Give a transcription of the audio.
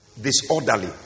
Disorderly